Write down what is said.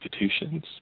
institutions